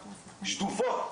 שדופות,